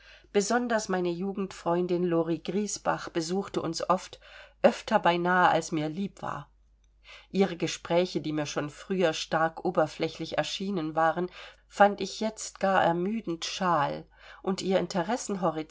besonders meine jugendfreundin lori griesbach besuchte uns oft öfter beinahe als mir lieb war ihre gespräche die mir schon früher stark oberflächlich erschienen waren fand ich jetzt gar ermüdend schal und ihr